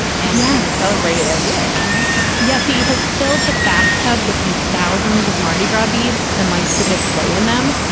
and yes, celebrated at will in your house yes, he has filled the bathtub with the thousands of mardi gras beads and like submissively in them,